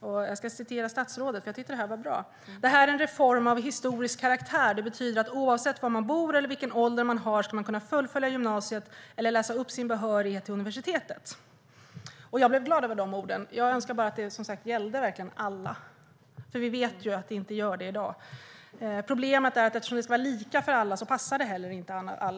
Jag ska citera statsrådet, för jag tycker att det hon sa var bra: Det här är en reform av historisk karaktär. Det betyder att oavsett var man bor eller vilken ålder man har ska man kunna fullfölja gymnasiet eller läsa upp sin behörighet till universitetet. Jag blev glad över de orden. Jag önskar bara att det som sagt verkligen gällde alla, för vi vet ju att det inte gör det i dag. Problemet är att eftersom det ska vara lika för alla passar det inte alla.